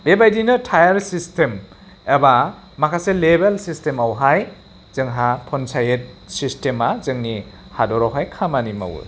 बेबायदिनो tier system एबा माखासे लेभेल सिस्टेमावहाय जोंहा पन्सायत सिस्टेमा जोंनि हादरावहाय खामानि मावो